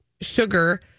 sugar